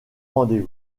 rendez